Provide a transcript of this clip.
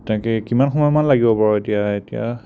তাকে কিমান সময়মান লাগিব বাৰু এতিয়া এতিয়া